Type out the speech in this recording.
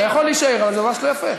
אתה יכול להישאר, אבל זה ממש לא יפה.